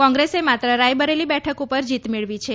કોંગ્રેસ માત્ર રાયબરેલી બેઠક ઉપર જીત મેળવી છે